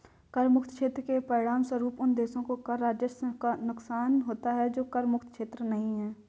कर मुक्त क्षेत्र के परिणामस्वरूप उन देशों को कर राजस्व का नुकसान होता है जो कर मुक्त क्षेत्र नहीं हैं